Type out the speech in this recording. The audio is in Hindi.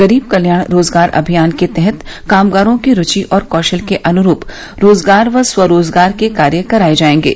गरीब कल्याण रोजगार अभियान के तहत कामगारों की रूचि और कौशल के अनुरूप रोजगार व स्वरोजगार के कार्य कराये जायेंगे